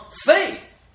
faith